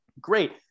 great